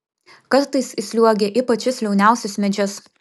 kartais įsliuogia į pačius liauniausius medžius